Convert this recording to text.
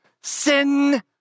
Sin